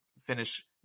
finish